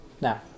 Now